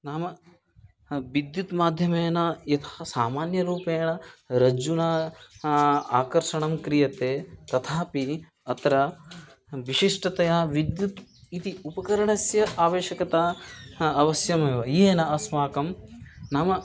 नाम बिद्युत् माध्यमेन यथा सामान्यरूपेण रज्जुना आकर्षणं क्रियते तथापि अत्र विशिष्टतया विद्युत् इति उपकरणस्य आवश्यकता ह् अवश्यमेव येन अस्माकं नाम